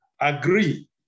agree